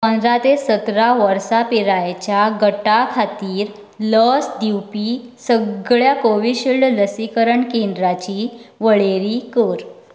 पंद्ररा ते सतरा वर्सां पिरायेच्या गटा खातीर लस दिवपी सगळ्या कोविशिल्ड लसीकरण केंद्रांची वळेरी कर